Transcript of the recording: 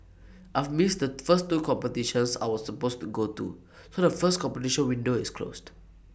I've missed the first two competitions I was supposed to go to so the first competition window is closed